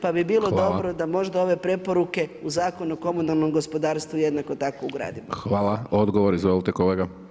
Pa bi bilo dobro da možda ove preporuke u Zakon o komunalnom gospodarstvu jednako tako ugradimo.